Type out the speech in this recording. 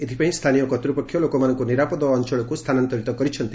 ଏଥିପାଇଁ ସ୍ଥାନୀୟ କର୍ତ୍ତ୍ୱପକ୍ଷ ଲୋକମାନଙ୍କୁ ନିରାପଦ ଅଞ୍ଚଳକୁ ସ୍ଥାନାନ୍ତରିତ କରିଛନ୍ତି